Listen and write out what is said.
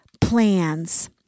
plans